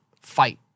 fight